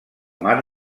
mar